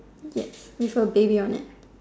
yes with a baby on it